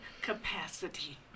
capacity